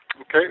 Okay